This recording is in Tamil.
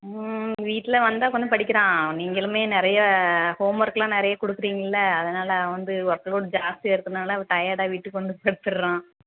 வீட்டில் வந்தால் கொஞ்சம் படிக்கிறான் நீங்களுமே நிறைய ஹோம்ஓர்க்லாம் நிறைய கொடுக்கறீங்கல்ல அதனால் அவன் வந்து ஒர்க் லோட் ஜாஸ்தியாக இருக்கறனால அவன் டையர்டாக வீட்டுக்கு வந்து படுத்துகிறான்